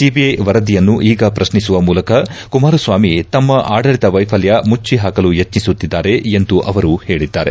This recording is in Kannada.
ಸಿಐಐ ವರದಿಯನ್ನು ಈಗ ಪ್ರಶ್ನಿಸುವ ಮೂಲಕ ಕುಮಾರಸ್ವಾಮಿ ತಮ್ಮ ಆಡಳಿತ ವೈಫಲ್ಯ ಮುಚ್ಚಿಹಾಕಲು ಯತ್ನಿಸುತ್ತಿದ್ದಾರೆ ಎಂದು ಅವರು ಹೇಳಿದ್ದಾರೆ